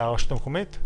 הרשות המקומית?